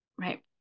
Right